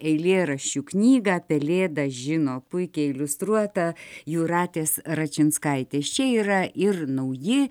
eilėraščių knygą pelėda žino puikiai iliustruotą jūratės račinskaitės čia yra ir nauji